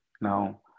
now